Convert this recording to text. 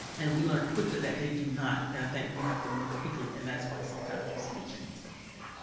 and we learn quickly that they do not and i think we have to move quickly and that's why sometimes you see the changes that you do.